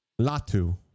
Latu